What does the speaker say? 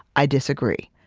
i disagree.